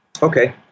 Okay